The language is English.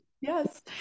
Yes